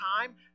time